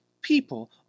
people